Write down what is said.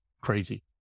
crazy